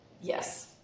Yes